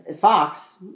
Fox